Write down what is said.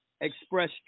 Express